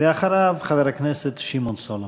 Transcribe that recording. אחריו, חבר הכנסת שמעון סולומון.